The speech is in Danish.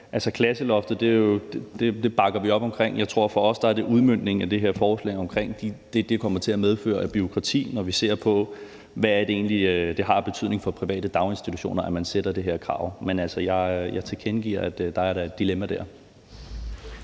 Altså, klasseloftet bakker vi jo op om, og jeg tror, at for os handler det om udmøntningen af det her forslag, i forhold til hvad det kommer til at medføre af bureaukrati, når vi ser på, hvad det egentlig er, det har af betydning for private daginstitutioner, at man stiller det her krav. Men altså, jeg tilkendegiver, at der da er et dilemma dér.